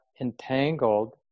entangled